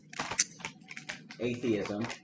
Atheism